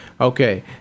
Okay